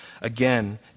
Again